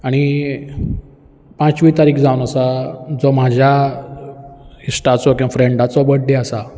आनी पांचवी तारीक जावन आसा जो म्हाज्या इश्टाचो किंवां फ्रेंडाचो बड्डे आसा